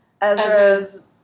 Ezra's